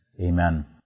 Amen